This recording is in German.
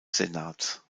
senats